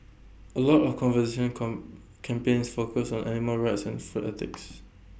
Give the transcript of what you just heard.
A lot of conservation com campaigns focus on animal rights and food ethics